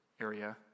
area